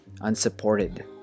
unsupported